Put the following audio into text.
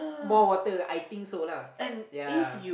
more water I think so lah ya